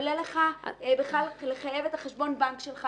לא עולה לך לחייב את חשבון הבנק שלך